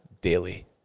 daily